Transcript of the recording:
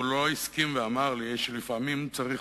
אבל הוא לא הסכים ואמר לי שלפעמים צריך